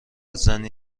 زنی